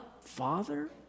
Father